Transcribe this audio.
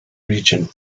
region